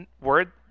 word